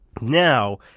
Now